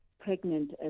pregnant